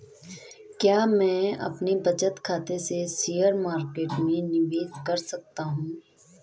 क्या मैं अपने बचत खाते से शेयर मार्केट में निवेश कर सकता हूँ?